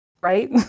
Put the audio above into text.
Right